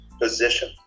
position